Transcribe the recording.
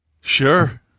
Sure